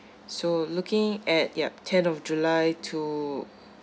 so looking at yup ten of july to